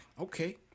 Okay